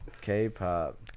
K-pop